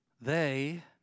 they